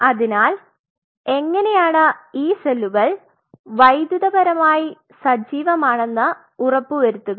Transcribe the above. അതിനാൽ എങ്ങനെയാണ് ഈ സെല്ലുകൾ വൈദ്യുതപരമായി സജീവമാണെന്ന് ഉറപ്പുവരുത്തുക